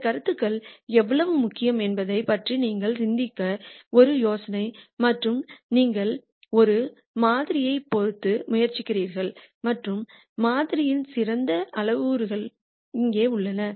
இந்த கருத்துக்கள் எவ்வளவு முக்கியம் என்பதைப் பற்றி நீங்கள் சிந்திக்க ஒரு யோசனை மற்றும் நீங்கள் ஒரு மாதிரியைப் பொருத்த முயற்சிக்கிறீர்கள் மற்றும் மாதிரியின் சிறந்த அளவுருக்கள் இங்கே உள்ளன